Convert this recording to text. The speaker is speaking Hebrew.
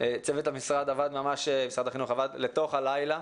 צוות משרד החינוך עבד לתוך הלילה.